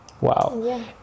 Wow